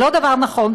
זה לא דבר נכון,